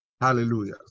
Hallelujah